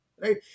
right